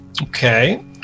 Okay